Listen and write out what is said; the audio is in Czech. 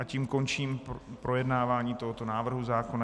Tím končím projednávání tohoto návrhu zákona.